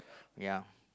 yeah